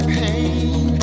pain